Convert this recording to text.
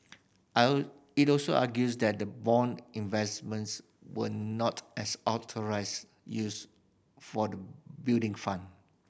I'll it also argues that the bond investments were not as authorised use for the Building Fund